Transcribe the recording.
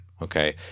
Okay